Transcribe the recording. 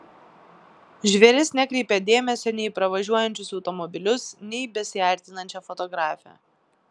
žvėris nekreipė dėmesio nei į pravažiuojančius automobilius nei į besiartinančią fotografę